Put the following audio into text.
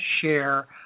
share